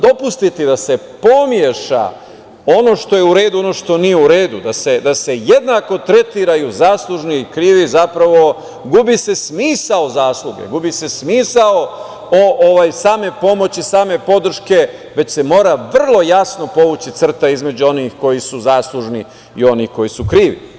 Dopustiti da se pomeša ono što je u redu i ono što nije u redu, da se jednako tretiraju zaslužni i krivi, gubi se smisao zasluge, gubi se smisao same pomoći, same podrške, već se mora jasno povući crta između onih koji su zaslužni i onih koji su krivi.